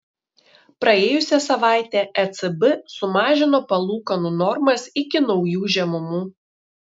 praėjusią savaitę ecb sumažino palūkanų normas iki naujų žemumų